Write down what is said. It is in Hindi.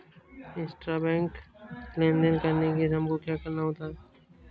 इंट्राबैंक लेन देन करने के लिए हमको क्या करना होता है?